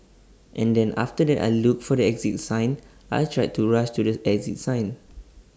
and then after that I looked for the exit sign and tried to rush to the exit sign